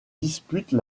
disputent